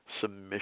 submission